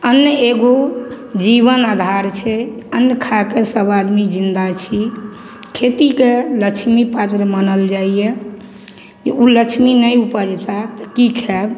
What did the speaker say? अन्न एगो जीवन आधार छै अन्न खाके सभ आदमी जिन्दा छी खेतीके लक्ष्मी पात्र मानल जाइए ओ लक्ष्मी नहि उपजता तऽ कि खाएब